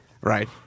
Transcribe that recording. right